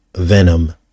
venom